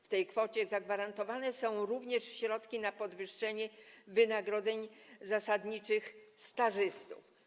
W tej kwocie zagwarantowane są również środki na podwyższenie wynagrodzeń zasadniczych stażystów.